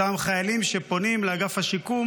אותם חיילים שפונים לאגף השיקום